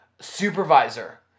supervisor